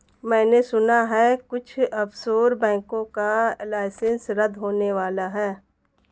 मैने सुना है कुछ ऑफशोर बैंकों का लाइसेंस रद्द होने वाला है